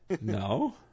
no